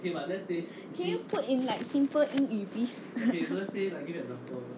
can you put in like simple 英语 please